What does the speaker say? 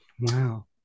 Wow